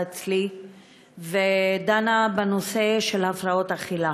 אצלי ודנה בנושא של הפרעות אכילה,